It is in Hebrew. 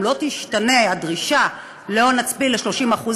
אם לא תשתנה הדרישה להון עצמי של 30%,